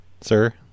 Sir